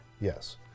Yes